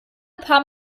paar